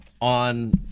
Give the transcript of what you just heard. on